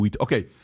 Okay